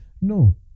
No